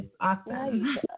awesome